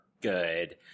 good